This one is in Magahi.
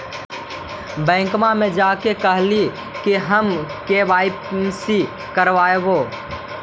बैंकवा मे जा के कहलिऐ कि हम के.वाई.सी करईवो?